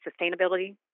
sustainability